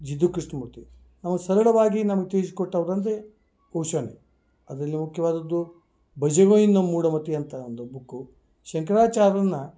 ಜಿಡ್ಡು ಕೃಷ್ಣಮೂರ್ತಿಯದು ನಾವು ಸರಳವಾಗಿ ನಮ್ಗೆ ತಿಳ್ಸ್ ಕೊಟ್ಟವ್ರು ಅಂದರೆ ಓಶೋನೆ ಅದರಲ್ಲಿ ಮುಖ್ಯವಾದದ್ದು ಭಜಗೋವಿಂದಮ್ ಮೂಢಮತೆ ಅಂತ ಒಂದು ಬುಕ್ಕು ಶಂಕರಾಚಾರ್ರನ್ನ